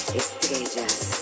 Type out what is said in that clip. estrellas